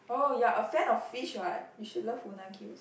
oh you're a fan of fish what you should love unagi also